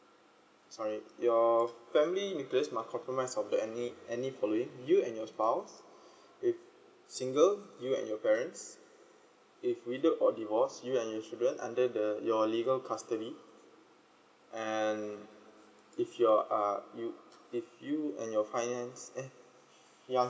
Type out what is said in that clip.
sorry your family nucleus must compromise of the any any following you and your spouse if single you and your parents if widow or divorce you and your children under the your legal custody and if your uh you if you and your fiancé eh fiancé